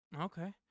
Okay